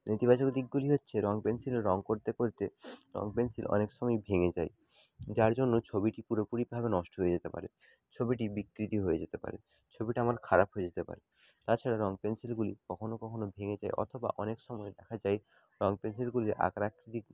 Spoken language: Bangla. নেতিবাচক দিকগুলি হচ্ছে রঙ পেনসিলে রঙ করতে করতে রঙ পেনসিল অনেক সময় ভেঙে যায় যার জন্য ছবিটি পুরোপুরিভাবে নষ্ট হয়ে যেতে পারে ছবিটি বিকৃতি হয়ে যেতে পারে ছবিটা আমার খারাপ হয়ে যেতে পারে তাছাড়া রঙ পেনসিলগুলি কখনো কখনো ভেঙে যায় অথবা অনেক সময় দেখা যায় রঙ পেনসিলগুলির আকার আকৃতি